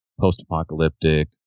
post-apocalyptic